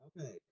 Okay